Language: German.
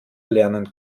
lernen